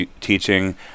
teaching